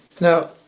now